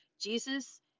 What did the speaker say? jesus